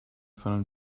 from